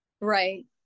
right